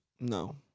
No